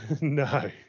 No